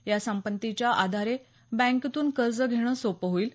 या संपत्तीच्या आधारे बँकेतून कर्ज घेणं सोपं होईल